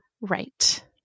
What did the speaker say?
Right